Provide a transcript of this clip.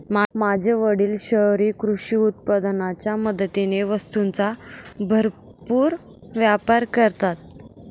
माझे वडील शहरी कृषी उत्पादनाच्या मदतीने वस्तूंचा भरपूर व्यापार करतात